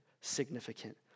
significant